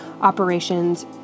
operations